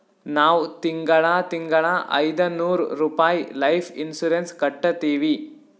ನಾವ್ ತಿಂಗಳಾ ತಿಂಗಳಾ ಐಯ್ದನೂರ್ ರುಪಾಯಿ ಲೈಫ್ ಇನ್ಸೂರೆನ್ಸ್ ಕಟ್ಟತ್ತಿವಿ